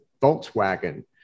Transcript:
Volkswagen